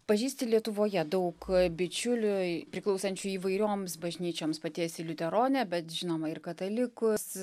pažįsti lietuvoje daug bičiulių priklausančių įvairioms bažnyčioms pati esi liuteronė bet žinoma ir katalikus